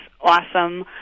awesome